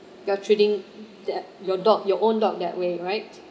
you are treating that your dog your own dog that way right